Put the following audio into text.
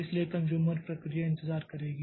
इसलिए कन्ज़्यूमर प्रक्रिया इंतजार करेगी